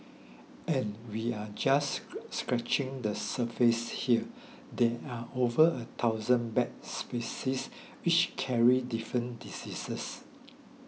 and we are just scratching the surface here there are over a thousand bat species each carrying different diseases